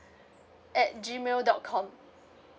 at gmail dot com